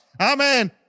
Amen